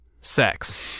sex